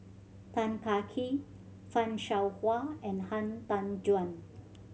Tan Kah Kee Fan Shao Hua and Han Tan Juan